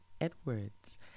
Edwards